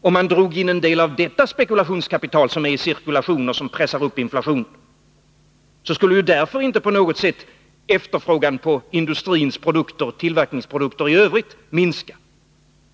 Om man drog in en del av detta spekulationskapital som är i cirkulation och som pressar upp inflationen, så skulle därför inte på något sätt efterfrågan på industrins produkter och på tillverkningsprodukter i övrigt minska.